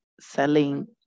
selling